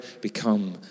become